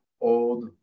old